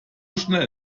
schnell